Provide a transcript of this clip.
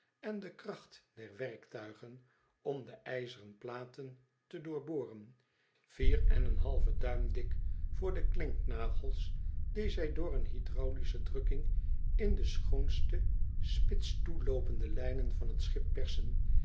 en de kracht der werktuigen om de ijzeren platen te doorboren vier en een halve duim dik hyt loo scr sm de riei kei i bes teh m se de scheepstimmerwerf van ohattam dik voor de klinknagels die zij door een hydraulische drukking in de schoonste spitstoeloopende lijnen van t schip persen